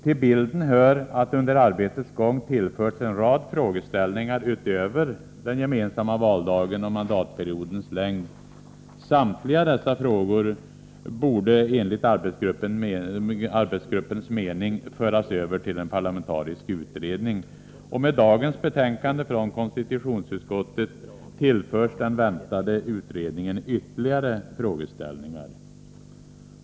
Till bilden hör att det under arbetets gång tillförts en rad frågeställningar utöver den gemensamma valdagen och mandatperiodens längd. Samtliga dessa frågor borde enligt arbetsgruppens mening föras över till en parlamentarisk utredning. Med dagens betänkande från konstitutionsutskottet tillförs den väntade utredningen ytterligare frågeställningar.